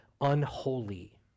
unholy